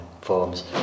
forms